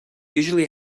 usually